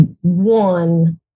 one